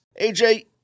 AJ